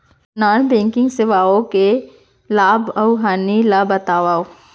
non banking सेवाओं के लाभ अऊ हानि ला बतावव